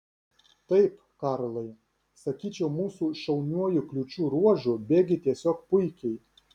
taip karlai sakyčiau mūsų šauniuoju kliūčių ruožu bėgi tiesiog puikiai